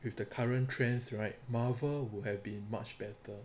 with the current trends right marvel would have been much better